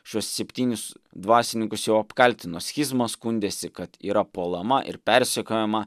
šiuos septynis dvasininkus jau apkaltino schizma skundėsi kad yra puolama ir persekiojama